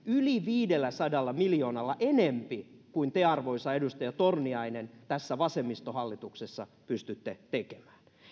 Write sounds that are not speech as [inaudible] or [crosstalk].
[unintelligible] yli viidelläsadalla miljoonalla enempi kuin te arvoisa edustaja torniainen tässä vasemmistohallituksessa pystytte tekemään